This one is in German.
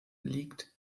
liegt